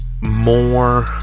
more